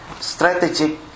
Strategic